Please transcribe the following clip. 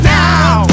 now